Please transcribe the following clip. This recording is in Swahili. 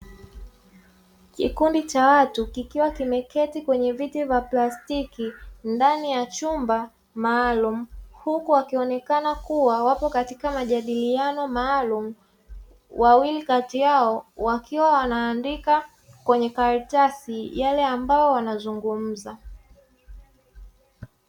Kikundi cha watu kikiwa kimeketi kwenye viti vya plastiki ndani ya chumba maalum, huku kikionekana kuwa katika majadiliano maalum. Wawili kati yao wanaandika kwenye karatasi yale ambayo wanazungumza.